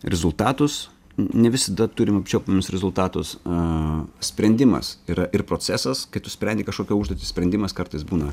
rezultatus ne visada turim apčiuopiamus rezultatus a sprendimas yra ir procesas kai tu sprendi kažkokią užduotį sprendimas kartais būna